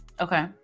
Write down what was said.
Okay